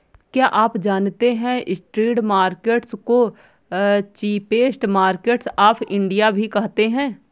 क्या आप जानते है स्ट्रीट मार्केट्स को चीपेस्ट मार्केट्स ऑफ इंडिया भी कहते है?